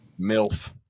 MILF